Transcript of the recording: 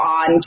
on